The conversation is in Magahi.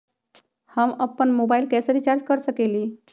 हम अपन मोबाइल कैसे रिचार्ज कर सकेली?